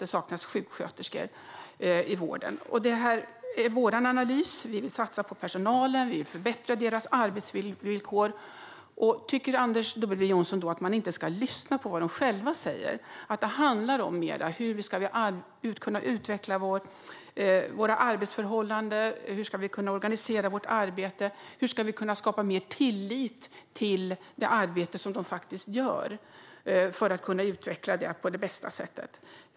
Det saknas sjuksköterskor i vården. Det här är vår analys. Vi vill satsa på personalen, och vi vill förbättra deras arbetsvillkor. Tycker Anders W Jonsson då att man inte ska lyssna på vad de själva säger? Det handlar om hur vi ska kunna utveckla arbetsförhållandena och organisera arbetet och hur vi ska kunna skapa mer tillit till det arbete som de faktiskt gör för att kunna utveckla det på det bästa sättet.